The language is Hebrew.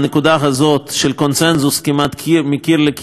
לקונסנזוס כמעט מקיר לקיר של הבית הזה.